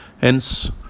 Hence